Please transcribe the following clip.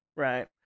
Right